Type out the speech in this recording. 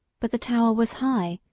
but the tower was high,